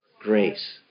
grace